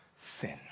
sin